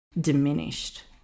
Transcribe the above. diminished